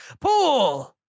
pull